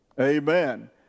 Amen